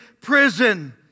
prison